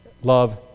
love